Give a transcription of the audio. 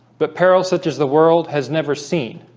but perils such as the world has never seen